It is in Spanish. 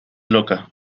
loca